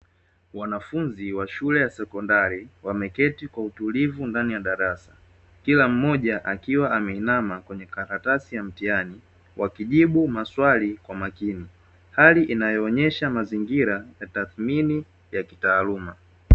Wanafunzi wa shule ya sekondari, wameketi kwa utulivu ndani ya darasa kila mmoja akiwa ameinama kwenye karatasi ya mtihani, wakijibu maswali kwa makini hali inayoonyesha mazingira ya tathmini ya kitaaluma.